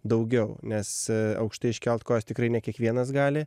daugiau nes aukštai iškelt kojas tikrai ne kiekvienas gali